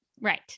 Right